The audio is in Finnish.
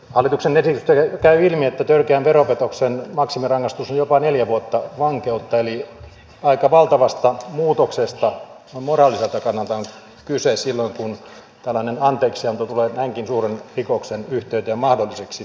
hallituksen esityksestä käy ilmi että törkeän veropetoksen maksimirangaistus on jopa neljä vuotta vankeutta eli aika valtavasta muutoksesta noin moraaliselta kannalta on kyse silloin kun tällainen anteeksianto tulee näinkin suuren rikoksen yhteydessä mahdolliseksi